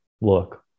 look